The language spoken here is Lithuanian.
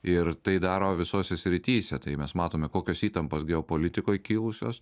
ir tai daro visose srityse tai mes matome kokios įtampos geopolitikoj kilusios